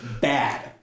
bad